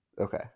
Okay